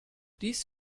dies